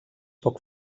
poc